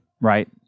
right